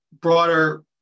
broader